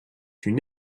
une